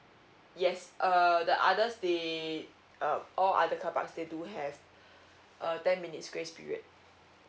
yes err the others they uh all other carparks they do have a ten minutes grace period